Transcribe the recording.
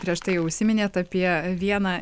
prieš tai jau užsiminėt apie vieną